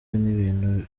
n’ibintu